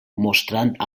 mostrant